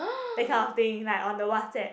that kind of thing like on the Whatsapps